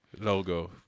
Logo